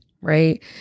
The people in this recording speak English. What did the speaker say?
right